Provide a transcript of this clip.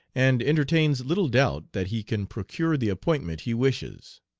and entertains little doubt that he can procure the appointment he wishes.